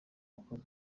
akoze